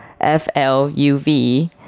F-L-U-V